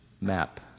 Map